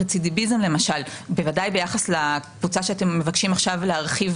רצידביזם למשל - בוודאי ביחס לקבוצה שאתם מבקשים עכשיו להרחיב